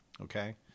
okay